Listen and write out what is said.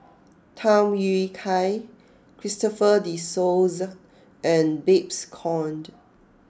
Tham Yui Kai Christopher De Souza and Babes Conde